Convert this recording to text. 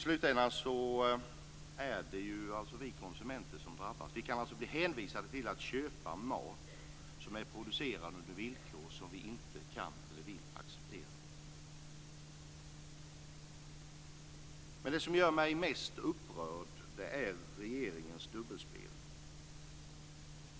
I slutändan är det vi konsumenter som drabbas. Vi kan alltså bli hänvisade till att köpa mat som är producerad under villkor som vi inte kan eller vill acceptera. Men det som gör mig mest upprörd är regeringens dubbelspel.